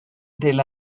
del